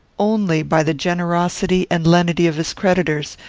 only by the generosity and lenity of his creditors,